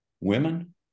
women